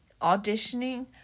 auditioning